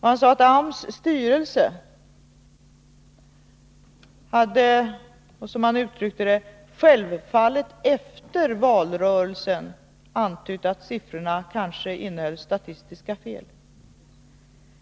Han sade att AMS styrelse hade, som han uttryckte det, självfallet efter valrörelsen, antytt att siffrorna kanske innehöll statistiska fel.